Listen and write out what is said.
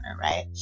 right